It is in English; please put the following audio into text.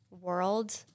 world